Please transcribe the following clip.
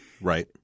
Right